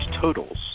totals